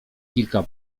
kilka